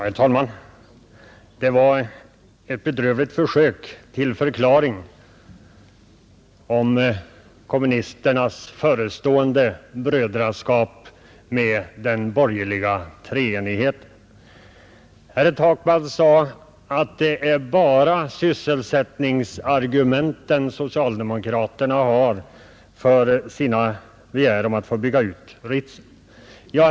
Herr talman! Det var ett bedrövligt försök till förklaring om kommunisternas förestående brödraskap med den borgerliga treenigheten. Herr Takman sade att det är bara sysselsättningsargumentet socialdemokraterna har för sin begäran om att få bygga ut Ritsem.